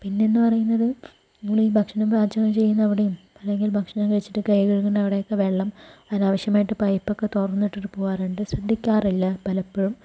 പിന്നേന്ന് പറയുന്നത് നമ്മളീ ഭക്ഷണം പാചകം ചെയ്യുന്ന അവിടെയും അല്ലെങ്കിൽ ഭക്ഷണം കഴിച്ചിട്ട് കൈ കഴുകുന്ന അവിടെയൊക്കെ വെള്ളം അനാവശ്യമായിട്ട് പൈപ്പൊക്കെ തുറന്നിട്ടിട്ട് പോകാറുണ്ട് ശ്രദ്ധിക്കാറില്ല പലപ്പൊഴും